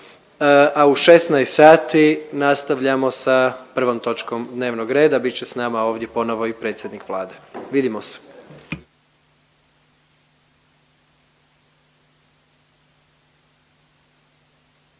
a u 16,00 sati nastavljamo sa prvom točkom dnevnog reda. Bit će sa nama ovdje ponovo i predsjednik Vlade. Vidimo se.